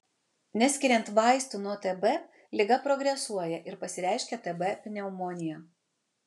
neskiriant vaistų nuo tb liga progresuoja ir pasireiškia tb pneumonija